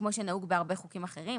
כמו שנהוג בהרבה חוקים אחרים,